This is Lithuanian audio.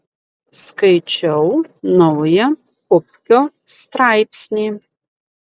skaičiau naują pupkio straipsnį